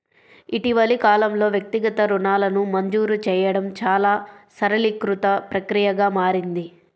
ఇటీవలి కాలంలో, వ్యక్తిగత రుణాలను మంజూరు చేయడం చాలా సరళీకృత ప్రక్రియగా మారింది